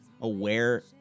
aware